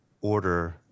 order